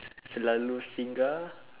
selalu singgah